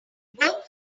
work